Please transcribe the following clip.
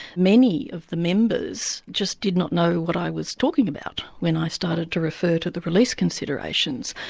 many of the members just did not know what i was talking about when i started to refer to the release considerations.